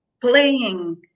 playing